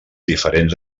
diferents